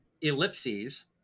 ellipses